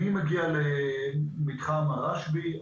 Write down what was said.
מי מגיע למתחום הרשב"י?